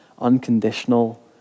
unconditional